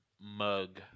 mug